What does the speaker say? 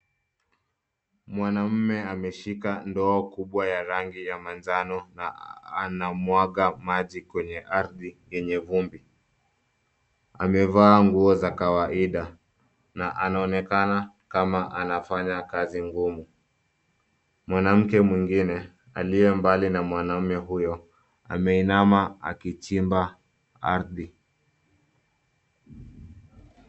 Mwanamume ameshika ndoo kubwa ya rangi ya manjano na anamwaga maji kwenye ardhi yenye vumbi. Amevaa nguo za kawaida na anaonekana kama anafanya kazi ngumu. Mwanamke mwingine, aliye mbali na mwanamume huyo, ameinama akichimba ardhi.